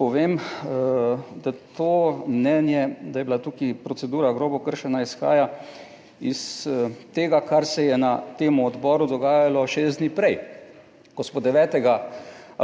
povem, da to mnenje, da je bila tukaj procedura grobo kršena izhaja iz tega, kar se je na tem odboru dogajalo šest dni prej, ko smo 9.